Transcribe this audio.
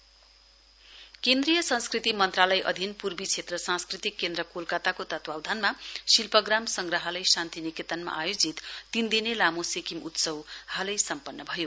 सिक्किम उत्सव केन्द्रीय संस्कृति मन्त्रालय अधिन पूर्वी सांस्कृतिक केन्द्र कोलकाताको तत्वावधानमा शिल्पग्राम संग्रहालय शान्तिनिकेतनमा आयोजित तीन दिने लामो सिक्किम उत्सव हालै सम्पन्न भयो